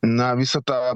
na visą tą